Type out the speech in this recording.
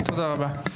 תודה רבה.